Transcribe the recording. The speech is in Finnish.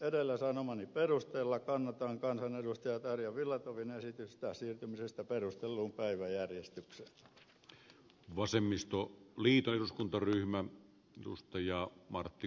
edellä sanomani perusteella kannatan kansanedustaja tarja filatovin ehdotusta perustellun päiväjärjestykseen siirtymisen sanamuodoksi